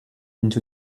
into